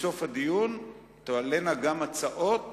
בסוף הדיון תועלנה גם הצעות